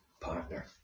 partner